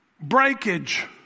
breakage